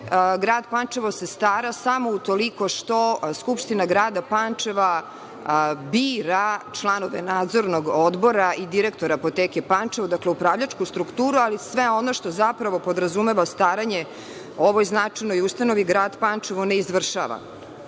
Grad Pančevo se stara samo utoliko što Skupština grada Pančeva bira članove Nadzornog odbora i direktora Apoteke Pančevo, dakle, upravljačku strukturu, ali sve ono što zapravo podrazumeva staranje o ovoj značajnoj ustanovi, grad Pančevo ne izvršava. Po